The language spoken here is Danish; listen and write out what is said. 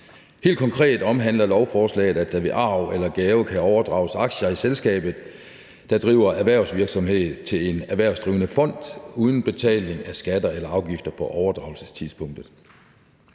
Helt konkret omhandler lovforslaget, at der ved arv eller gave kan overdrages aktier i selskabet, der driver erhvervsvirksomhed, til en erhvervsdrivende fond uden betaling af skatter eller afgifter på overdragelsestidspunktet.